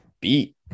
beat